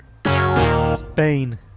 Spain